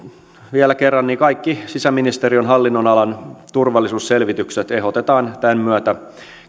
vielä kerran kaikki sisäministeriön hallinnonalan turvallisuusselvitykset ehdotetaan tämän myötä